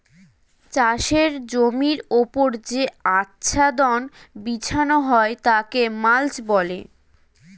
চাষের জমির ওপর যে আচ্ছাদন বিছানো হয় তাকে মাল্চ বলে